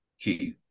key